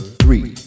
three